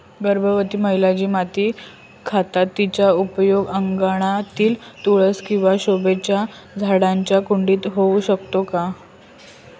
गर्भवती महिला जी माती खातात तिचा उपयोग अंगणातील तुळस किंवा शोभेच्या झाडांच्या कुंडीत होऊ शकतो का?